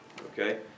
Okay